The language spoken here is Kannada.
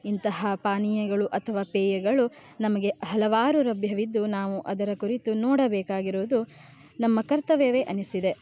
ಇಂತಹ ಪಾನೀಯಗಳು ಅಥವಾ ಪೇಯಗಳು ನಮಗೆ ಹಲವಾರು ಲಭ್ಯವಿದ್ದು ನಾವು ಅದರ ಕುರಿತು ನೋಡಬೇಕಾಗಿರುವುದು ನಮ್ಮ ಕರ್ತವ್ಯವೇ ಎನಿಸಿದೆ